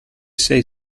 sei